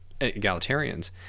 egalitarians